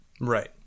Right